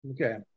Okay